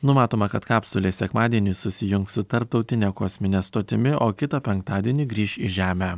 numatoma kad kapsulė sekmadienį susijungs su tarptautine kosmine stotimi o kitą penktadienį grįš į žemę